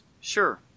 sure